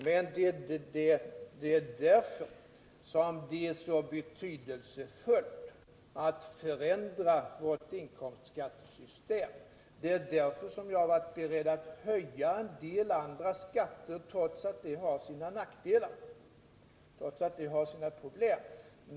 Men det är därför som det är så betydelsefullt att förändra vårt inkomstskattesystem. Det är därför som jag har varit beredd att höja en del andra skatter trots att det har sina problem.